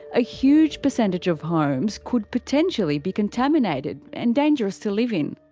a huge percentage of homes could potentially be contaminated and dangerous to live in.